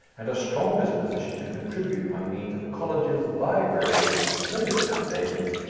and a strong disposition to contribute, by means of colleges, libraries, and splendid foundations,